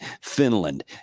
Finland